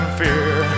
fear